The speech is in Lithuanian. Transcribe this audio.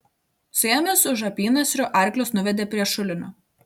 suėmęs už apynasrių arklius nuvedė prie šulinio